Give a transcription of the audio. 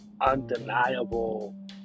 undeniable